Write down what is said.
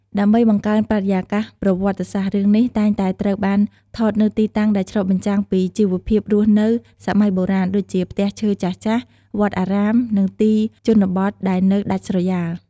ដើម្បីបង្កើនបរិយាកាសប្រវត្តិសាស្ត្រ រឿងនេះតែងតែត្រូវបានថតនៅទីតាំងដែលឆ្លុះបញ្ចាំងពីជីវភាពរស់នៅសម័យបុរាណ ដូចជាផ្ទះឈើចាស់ៗ វត្តអារាម និងទីជនបទដែលនៅដាច់ស្រយាល។